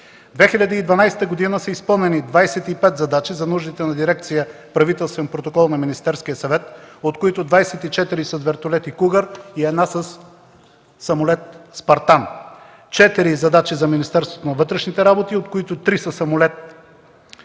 2012 г. са изпълнени 25 задачи за нуждите на дирекция „Правителствен протокол” на Министерския съвет, от които 24 с вертолети „Кугър” и една със самолет „Спартан”, четири задачи за Министерството на вътрешните работи, от които три със самолет „Пилатус”